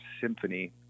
symphony